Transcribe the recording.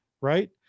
right